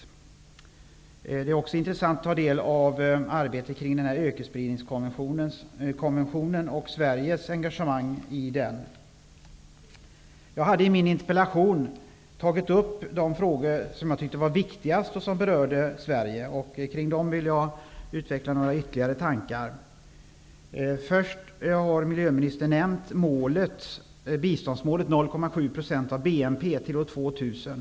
Vidare är det intressant att ta del av informationen om arbetet med ökenspridningskonventionen och Sveriges engagemang i det avseendet. I min interpellation har jag tagit upp de frågor som jag tycker är viktigast och som berör Sverige. I det sammanhanget vill jag utveckla ytterligare några tankar. Miljöministern nämner biståndsmålet -- 0,7 % av BNP fram till år 2000.